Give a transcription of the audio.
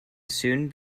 soon